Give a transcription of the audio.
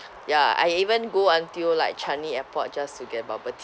ya I even go until like changi airport just to get bubble tea